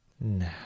No